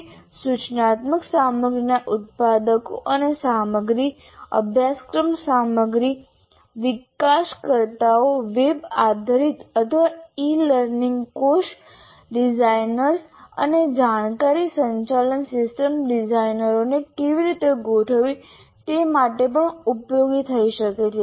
તે સૂચનાત્મક સામગ્રીના ઉત્પાદકો અને સામગ્રી અભ્યાસક્રમ સામગ્રી વિકાસકર્તાઓ વેબ આધારિત અથવા ઇ લર્નિંગ કોર્સ ડિઝાઇનર્સ અને જાણકારી સંચાલન સિસ્ટમ ડિઝાઇનરોને કેવી રીતે ગોઠવવી તે માટે પણ ઉપયોગી થઈ શકે છે